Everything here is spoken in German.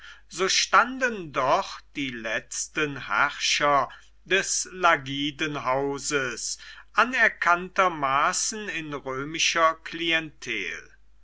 so standen doch die letzten herrscher des lagidenhauses anerkanntermaßen in römischer klientel